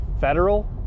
federal